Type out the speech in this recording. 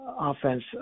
offense